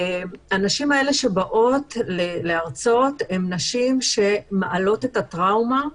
הנשים האלה שבאות להרצות הן נשים שמעלות את הטראומה מחדש.